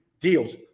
Deals